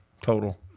total